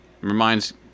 reminds